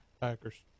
Packers